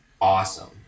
awesome